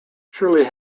shirley